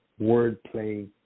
wordplay